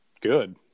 good